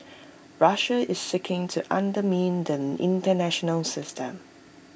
Russia is seeking to undermine the International system